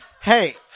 Hey